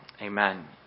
amen